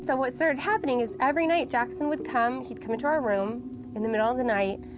so what started happening is, every night, jackson would come, he'd come into our room in the middle of the night,